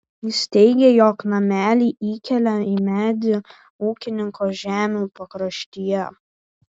jis teigė jog namelį įkėlė į medį ūkininko žemių pakraštyje